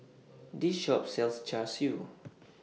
This Shop sells Char Siu